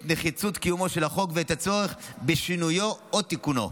את נחיצות קיומו של החוק ואת הצורך בשינויו או בתיקונו,